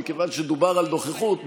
מכיוון שדובר על נוכחות,